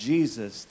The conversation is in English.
Jesus